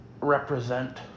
Represent